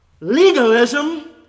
Legalism